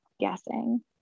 guessing